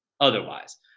Otherwise